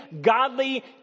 godly